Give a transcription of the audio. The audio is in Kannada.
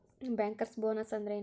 ಬ್ಯಾಂಕರ್ಸ್ ಬೊನಸ್ ಅಂದ್ರೇನು?